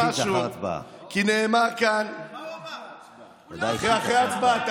הודעה אישית לאחר הצבעה.